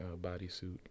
bodysuit